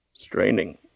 Straining